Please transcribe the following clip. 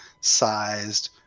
sized